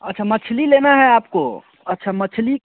अच्छा मछली लेना है आपको अच्छा मछली